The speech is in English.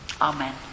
Amen